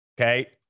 okay